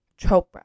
Chopra